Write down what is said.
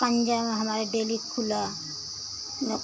में हमारे डेली खुला